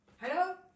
Hello